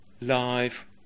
life